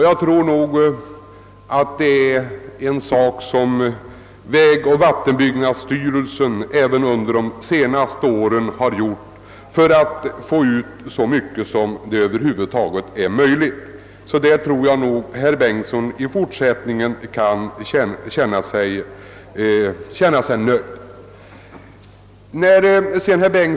Jag tror också att vägoch vattenbyggnadsstyrelsen även under de senaste åren har gjort vad den kunnat för att åstadkomma så mycket som möjligt härvidlag, och därför kan nog herr Bengtson i Solna känna sig nöjd i fortsättningen.